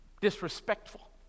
disrespectful